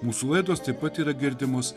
mūsų laidos taip pat yra girdimos